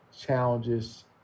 challenges